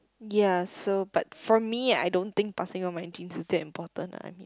ya so but for me I don't think passing up my gene is that important lah